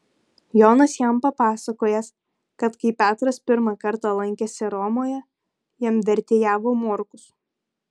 jonas jam papasakojęs kad kai petras pirmą kartą lankėsi romoje jam vertėjavo morkus